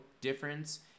difference